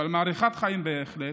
אבל מאריכת חיים, בהחלט.